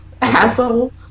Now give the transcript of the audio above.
Asshole